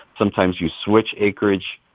sometimes you switch acreage.